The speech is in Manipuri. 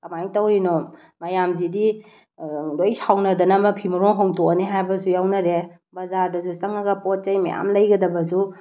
ꯀꯃꯥꯏꯅ ꯇꯧꯔꯤꯅꯣ ꯃꯌꯥꯝꯁꯤꯗꯤ ꯂꯣꯏ ꯁꯥꯎꯅꯗꯅ ꯃꯐꯤ ꯃꯔꯣꯟ ꯍꯣꯡꯗꯣꯛꯑꯅꯤ ꯍꯥꯏꯕꯁꯨ ꯌꯥꯎꯅꯔꯦ ꯕꯖꯥꯔꯗꯁꯨ ꯆꯪꯉꯒ ꯄꯣꯠ ꯆꯩ ꯃꯌꯥꯝ ꯂꯩꯒꯗꯕꯁꯨ